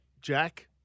Jack